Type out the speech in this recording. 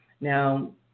Now